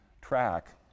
track